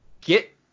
get